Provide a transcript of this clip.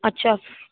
अच्छा